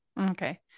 okay